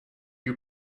you